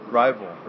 rival